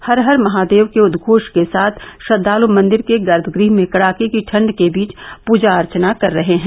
हर हर महादेव के उद्घोष के साथ श्रद्वालु मंदिर के गर्भ गृह में भी कड़ाके की ठंड के बीच पूजा अर्चना कर रहे हैं